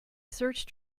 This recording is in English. search